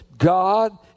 God